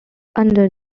under